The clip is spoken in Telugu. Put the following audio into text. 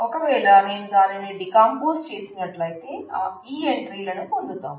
ఒకవేళ నేను దానిని డీకంపోజ్ చేసినట్లయితే ఈ ఎంట్రీ లను పొందుతాము